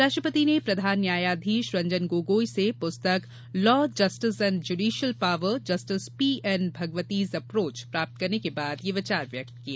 राष्ट्रपति ने प्रधान न्यायाधीश रंजन गोगोई से पुस्तक law justice and judicial power justice P N Bhagwati's approach प्राप्त करने के बाद ये विचार व्यक्त किए